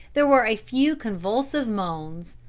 there were a few convulsive moans,